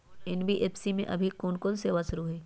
NBFC में अभी कोन कोन सेवा शुरु हई?